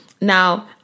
now